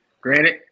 granted